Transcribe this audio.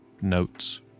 notes